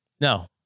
no